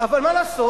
אבל מה לעשות?